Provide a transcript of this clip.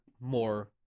more